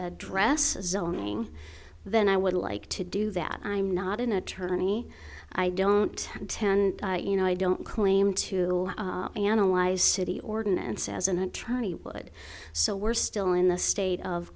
address zoning then i would like to do that i'm not an attorney i don't tend you know i don't claim to analyze city ordinance as an attorney would so we're still in the state of